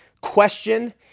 question